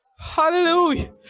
Hallelujah